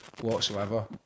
whatsoever